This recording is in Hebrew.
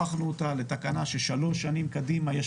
הפכנו אותה לתקנה ששלוש שנים קדימה יש